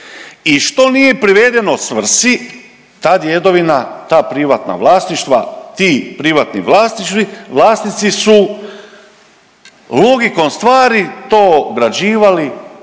i što nije privedeno svrsi ta djedovina, ta privatna vlasništva, ti privatni vlasnici su logikom stvari to obrađivali